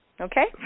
Okay